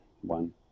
one